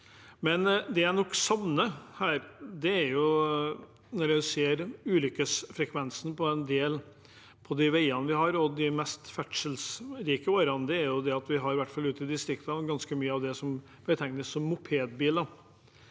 Det jeg nok savner her, er å redusere ulykkesfrekvensen på en del av de veiene vi har, og de mest ferdselsrike årene. Der har vi, i hvert fall ute i distriktene, ganske mye av det som betegnes som mopedbiler,